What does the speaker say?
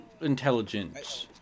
Intelligence